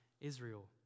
Israel